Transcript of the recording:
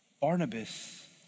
barnabas